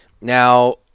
Now